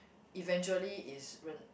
eventually it's ren~